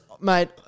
Mate